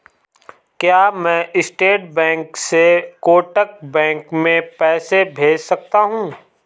क्या मैं state bank से कोटक बैंक में पैसे भेज सकता हूँ?